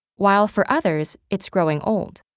while for others, it's growing old.